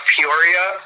Peoria